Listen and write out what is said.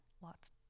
Lots